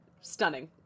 stunning